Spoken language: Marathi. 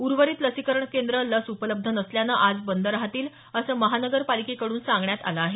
उर्वरित लसीकरण केंद्र लस उपलब्ध नसल्यानं आज बंद राहतील अस महापालिकेकड्रन सांगण्यात आलं आहे